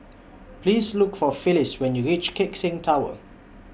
Please Look For Phylis when YOU REACH Keck Seng Tower